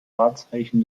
wahrzeichen